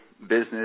business